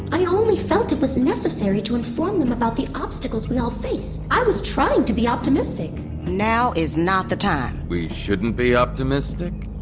i only felt it was necessary to inform them about the obstacles we all face. i was trying to be optimistic now is not the time we shouldn't be optimistic?